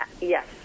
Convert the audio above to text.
yes